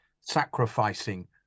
sacrificing